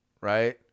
right